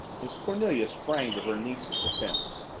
miss cornelia sprang to her niece's defense.